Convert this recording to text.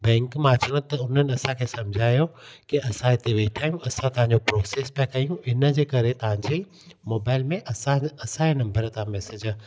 bank मां अचिणो त उन्हनि असांखे समुझायो कि असां हिते वेठा आहियूं असां तव्हांजो प्रोसिस पिया कयूं हिनजे करे तव्हांजी मोबाइल में असां असांजे नम्बर तव्हां मैसेज